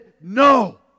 no